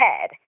head